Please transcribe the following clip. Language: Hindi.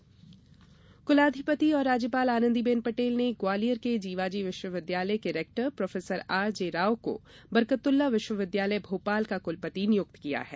कुलपति कुलाधिपति और राज्यपाल आनंदीबेन पटेल ने ग्वालियर के जीवाजी विश्वविद्यालय के रेक्टर प्रोआर जे राव को बरकतउल्ला विश्वविद्यालय भोपाल का कुलपति नियुक्त किया है